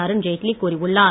அருண்ஜெட்லி கூறியுள்ளார்